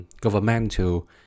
governmental